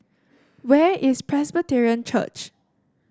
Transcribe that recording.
where is Presbyterian Church